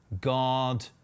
God